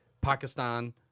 Pakistan